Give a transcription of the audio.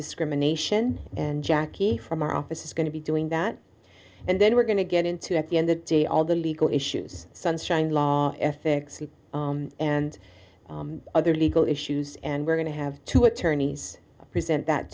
discrimination and jackie from our office is going to be doing that and then we're going to get into at the end the day all the legal issues sunshine law ethics and other legal issues and we're going to have two attorneys present that